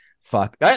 Fuck